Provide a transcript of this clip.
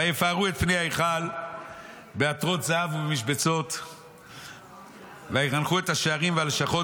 ויפארו את פני ההיכל בעטרות זהב ובמשבצות ויחנכו את השערים והלשכות